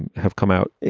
and have come out,